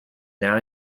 now